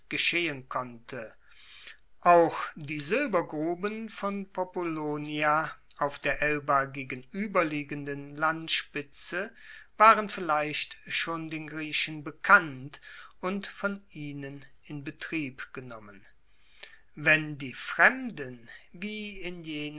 geschehen konnte auch die silbergruben von populonia auf der elba gegenueberliegenden landspitze waren vielleicht schon den griechen bekannt und von ihnen in betrieb genommen wenn die fremden wie in jenen